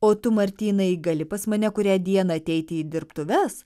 o tu martynai gali pas mane kurią dieną ateiti į dirbtuves